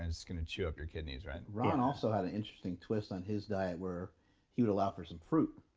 it's going to chew up your kidneys, right? ron also had an interesting twist on his diet where he would allow for some fruit.